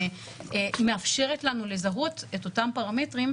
שמאפשרת לנו לזהות את אותם פרמטרים,